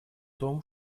том